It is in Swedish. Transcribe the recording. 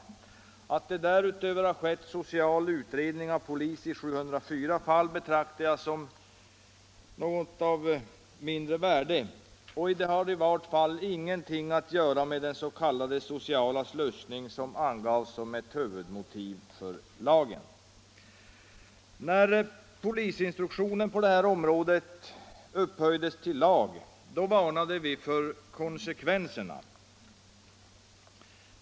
Att det därutöver har skett social utredning av polis i 704 fall betraktar jag som något av mindre värde, och det har i vart fall ingenting att göra med den s.k. sociala slussning som angavs som ett huvudmotiv för lagen. När polisintruktionen på detta område upphöjdes till lag varnade vi för konsekvenserna.